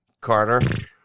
Carter